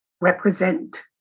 represent